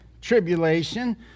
tribulation